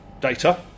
data